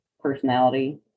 personality